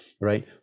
right